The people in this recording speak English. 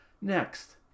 Next